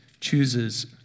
chooses